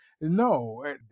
No